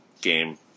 game